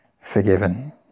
forgiven